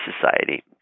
society